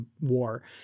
war